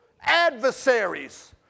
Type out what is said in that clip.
adversaries